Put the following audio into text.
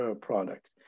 product